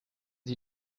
sie